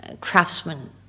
craftsman